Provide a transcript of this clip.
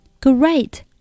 Great